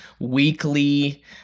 weekly